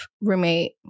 roommate